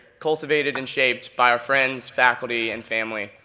cultivated and shaped by our friends, faculty, and family.